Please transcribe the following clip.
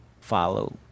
follow